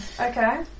Okay